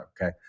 Okay